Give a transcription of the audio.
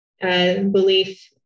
Belief